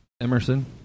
Emerson